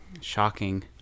Shocking